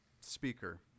speaker